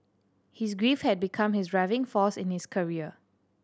his grief had become his driving force in his career